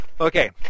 Okay